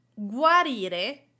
Guarire